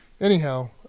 anyhow